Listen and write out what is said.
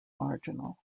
marginal